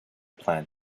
plan